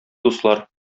дуслар